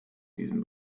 diesem